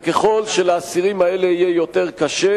ככל שלאסירים האלה יהיה יותר קשה,